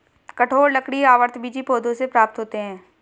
कठोर लकड़ी आवृतबीजी पौधों से प्राप्त होते हैं